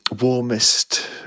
warmest